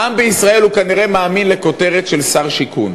העם בישראל כנראה מאמין לכותרת של "שר שיכון".